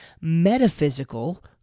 metaphysical